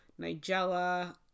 nigella